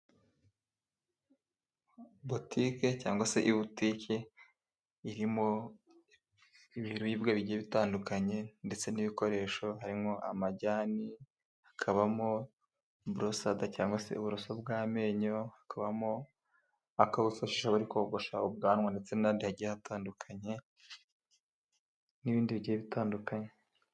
Butike cyangwa se ibutike irimo ibiribwa bigiye bitandukanye, ndetse n'ibikoresho harimo amajyani, hakabamo borosada cyangwa se uburoso bw'amenyo, hakabamo ako bifashisha bari kogosha ubwanwa, ndetse n'ahandi hagiye hatandukanye n'ibindi bigiye bitandukanye.